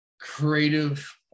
creative